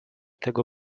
tego